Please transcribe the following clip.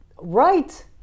right